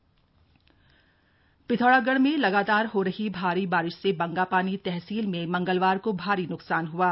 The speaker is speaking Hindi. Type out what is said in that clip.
पिथौरागढ़ आपदा पिथौरागढ़ में लगातार हो रही भारी बारिश से बंगापानी तहसील में मंगलवार को भारी न्कसान हुआ है